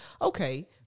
okay